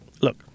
Look